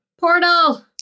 Portal